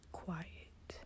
quiet